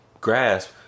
grasp